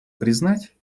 признать